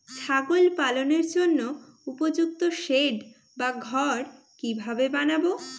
ছাগল পালনের জন্য উপযুক্ত সেড বা ঘর কিভাবে বানাবো?